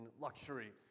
luxury